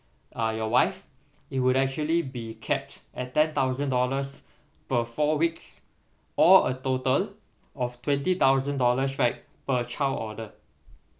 uh your wife it would actually be capped at ten thousand dollars per four weeks or a total of twenty thousand dollars right per child order